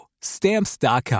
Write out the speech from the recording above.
Stamps.com